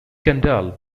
kendall